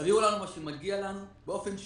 תביאו לנו מה שמגיע לנו באופן שוויוני.